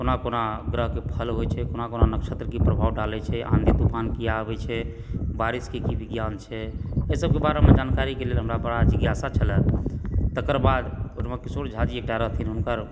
कोना कोना ग्रहके फल होइत छै कोना कोना नक्षत्र की प्रभाव डालए छै आँधी तूफान किया आबय छै बारिशक की विज्ञान छै एहि सबकेँ बारेमे जानकारीके लेल हमरा बड़ा जिज्ञासा छल तकर ओहिठमा किशोर झाजी एकटा रहथिन हुनकर